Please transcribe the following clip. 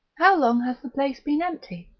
how long has the place been empty?